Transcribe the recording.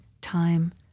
time